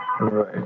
Right